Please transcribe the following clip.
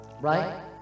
Right